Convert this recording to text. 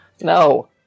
No